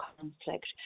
conflict